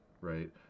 Right